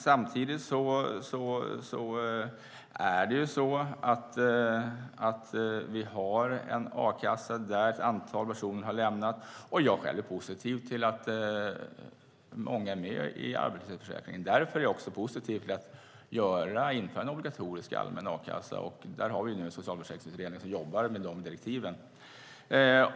Samtidigt har vi en a-kassa som ett antal personer har lämnat. Jag är själv positiv till att många är med i arbetslöshetsförsäkringen. Därför är jag också positiv till att införa en obligatorisk, allmän a-kassa. Socialförsäkringsutredningen jobbar nu med de direktiven.